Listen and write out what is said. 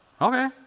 okay